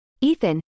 Ethan